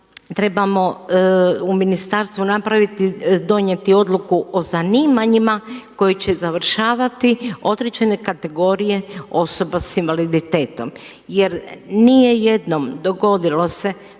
trebamo u ministarstvu napraviti, donijeti odluku o zanimanjima koje će završavati određene kategorije osoba sa invaliditetom. Jer nije jednom dogodilo se